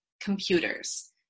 computers